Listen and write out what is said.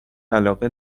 علاقه